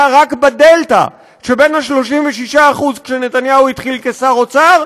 רק בדלתה שבין ה-36% כשנתניהו התחיל כשר האוצר,